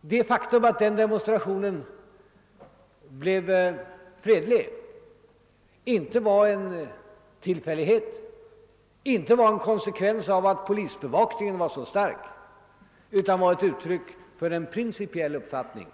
det faktum att demonstrationen blev fredlig inte var en tillfällighet eller utgjorde en konsekvens av den starka polisbevakningen, utan att det var fråga om ett uttryck för en principiell uppfattning.